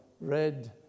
red